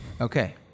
Okay